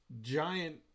giant